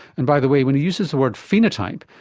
and by the way, when he uses the word phenotype,